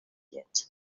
yet